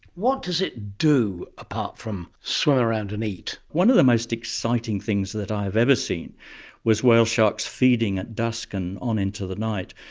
what does it do, apart from swim around and eat? one of the most exciting things that i have ever seen is whale sharks feeding at dusk and on into the night,